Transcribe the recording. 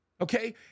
okay